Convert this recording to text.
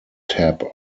tab